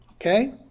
Okay